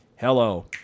hello